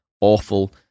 awful